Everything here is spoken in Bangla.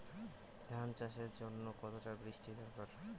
ধান চাষের জন্য কতটা বৃষ্টির দরকার?